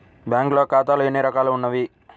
బ్యాంక్లో ఖాతాలు ఎన్ని రకాలు ఉన్నావి?